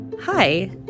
hi